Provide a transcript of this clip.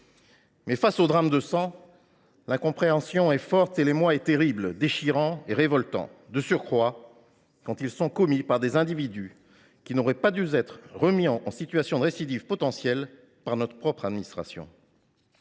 Mais face aux drames de sang, l’incompréhension est forte et l’émoi terrible, déchirant. Et de tels actes sont encore plus révoltants quand ils sont commis par des individus qui n’auraient pas dû être remis en situation de récidive potentielle par notre propre administration.